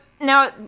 Now